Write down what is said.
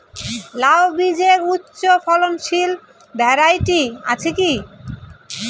লাউ বীজের উচ্চ ফলনশীল ভ্যারাইটি আছে কী?